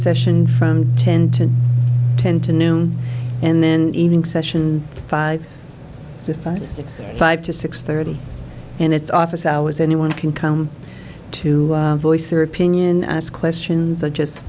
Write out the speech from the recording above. session from ten into noon and then evening session five to five six five to six thirty and it's office hours anyone can come to voice their opinion and ask questions i just